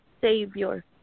Savior